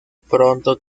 pronto